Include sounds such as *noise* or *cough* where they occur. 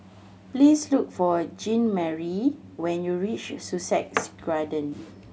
please look for Jeanmarie when you reach Sussex *unintelligible*